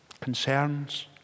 concerns